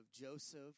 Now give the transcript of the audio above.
Joseph